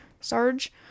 Sarge